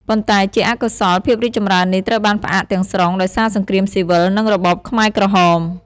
ប៉ុន្តែជាអកុសល ភាពរីកចម្រើននេះត្រូវបានផ្អាកទាំងស្រុងដោយសារសង្គ្រាមស៊ីវិល និងរបបខ្មែរក្រហម។